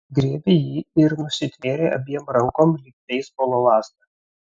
griebė jį ir nusitvėrė abiem rankom lyg beisbolo lazdą